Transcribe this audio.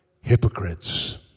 hypocrites